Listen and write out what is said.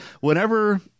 Whenever